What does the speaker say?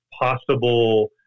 possible